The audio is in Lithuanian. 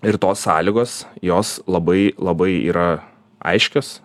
ir tos sąlygos jos labai labai yra aiškios